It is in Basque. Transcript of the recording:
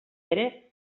ere